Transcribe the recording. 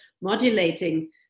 modulating